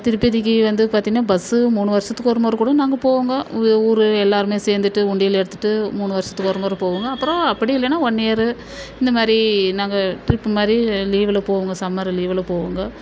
திருப்பதிக்கு வந்து பார்த்திங்கனா பஸ்ஸு மூணு வர்ஷத்துக்கு ஒரு முறை கூட நாங்கள் போவோம்ங்க ஊர் எல்லோருமே சேர்ந்துட்டு உண்டியல் எடுத்துகிட்டு மூணு வர்ஷத்துக்கு ஒரு முறை போவோம்ங்க அப்றம் அப்படி இல்லைனா ஒன் இயரு இந்த மாதிரி நாங்கள் ட்ரிப்பு மாதிரி லீவில் போவோம்ங்க சம்மர் லீவ்ல போவோம்ங்க